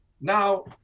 Now